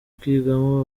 kwigamo